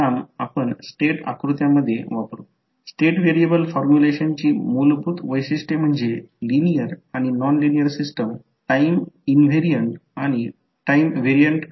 जर मी डॉट येथून इथे बदलला समजा टॉप जर मी बॉटोमला ठेवले तर पोलारिटी बदलली जाईल त्याबद्दल काळजी घ्यावी लागेल